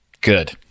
good